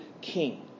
King